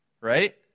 Right